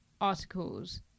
articles